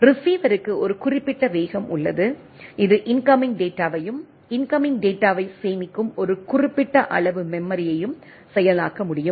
ரீசிவருக்கு ஒரு குறிப்பிட்ட வேகம் உள்ளது இது இன்கமிங் டேட்டாவையும் இன்கமிங் டேட்டாவைச் சேமிக்கும் ஒரு குறிப்பிட்ட அளவு மெமரியையும் செயலாக்க முடியும்